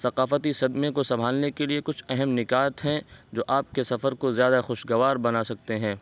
ثقافتی صدمے کو سنبھالنے کے لیے کچھ اہم نکات ہیں جو آپ کے سفر کو زیادہ خوشگوار بنا سکتے ہیں